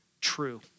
true